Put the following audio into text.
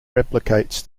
replicates